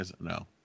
no